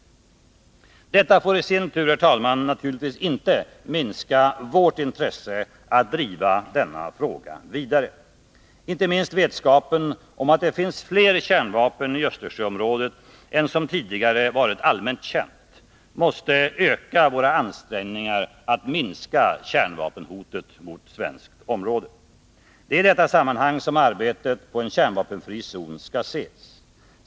Detta får, herr talman, naturligtvis inte minska vårt intresse att driva denna fråga vidare. Inte minst vetskapen om att det finns fler kärnvapen i Östersjöområdet än som tidigare varit allmänt känt måste öka våra ansträngningar att minska kärnvapenhotet mot svenskt område. Det är i detta sammanhang som arbetet på en kärnvapenfri zon skall ses.